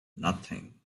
nothing